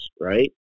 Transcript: right